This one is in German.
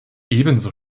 ebenso